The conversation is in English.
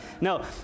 No